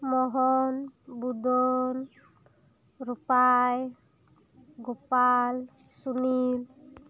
Mohan Badan Rupai Gopal Sunil